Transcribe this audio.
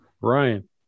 Ryan